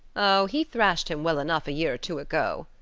oh! he thrashed him well enough a year or two ago,